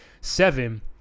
seven